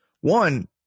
One